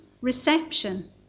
reception